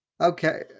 Okay